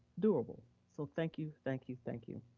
doable, so thank you, thank you, thank you.